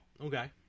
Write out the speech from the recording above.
Okay